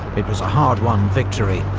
it was a hard-won victory,